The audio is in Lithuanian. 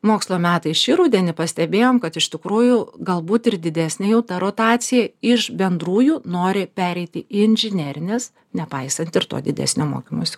mokslo metais šį rudenį pastebėjom kad iš tikrųjų galbūt ir didesnė jau ta rotacija iš bendrųjų nori pereiti į inžinerines nepaisant ir to didesnio mokymosi